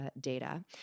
data